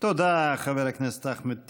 תודה, חבר הכנסת אחמד טיבי.